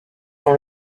dans